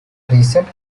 recent